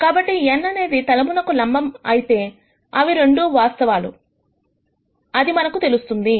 కాబట్టి n అనేది తలమునకు లంబము అయితే ఇవి రెండూ వాస్తవాలు అది మనకు తెలుస్తుంది